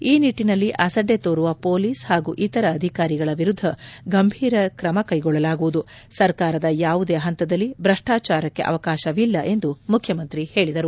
ಈ ನಿಟ್ಟನಲ್ಲಿ ಅಸಡ್ಡೆ ತೋರುವ ಪೊಲೀಸ್ ಹಾಗೂ ಇತರ ಅಧಿಕಾರಿಗಳ ವಿರುದ್ದ ಗಂಭೀರ ಕ್ರಮ ಕೈಗೊಳ್ಳಲಾಗುವುದು ಸರ್ಕಾರದ ಯಾವುದೇ ಹಂತದಲ್ಲಿ ಭ್ರಷ್ಲಾಚಾರಕ್ಕೆ ಅವಕಾಶವಿಲ್ಲ ಎಂದು ಮುಖ್ಯಮಂತ್ರಿ ಹೇಳಿದರು